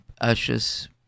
ashes